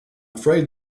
afraid